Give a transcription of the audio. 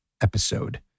episode